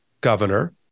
governor